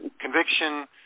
conviction